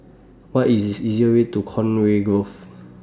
What IS The easiest Way to Conway Grove